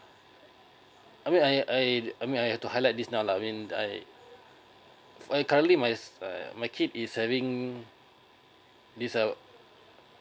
I mean I I I mean I have to highlight this now lah I mean I I currently my uh my kid is having this uh